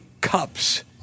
cups